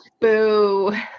Boo